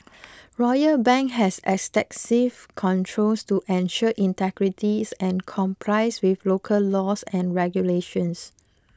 Royal Bank has extensive controls to ensure integrity and complies with local laws and regulations